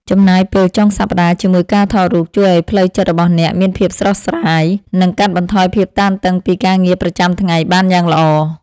ចំណាយពេលចុងសប្តាហ៍ជាមួយការថតរូបជួយឱ្យផ្លូវចិត្តរបស់អ្នកមានភាពស្រស់ស្រាយ និង កាត់បន្ថយភាពតានតឹងពីការងារប្រចាំថ្ងៃបានយ៉ាងល្អ។